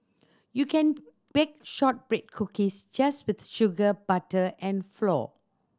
you can bake shortbread cookies just with sugar butter and flour